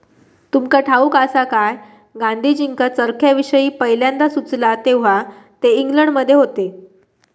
तुमका ठाऊक आसा काय, गांधीजींका चरख्याविषयी पयल्यांदा सुचला तेव्हा ते इंग्लंडमध्ये होते